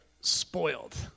spoiled